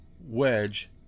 wedge